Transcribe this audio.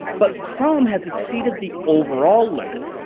but chrome has exceeded the overall limit.